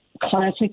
classic